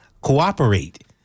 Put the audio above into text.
cooperate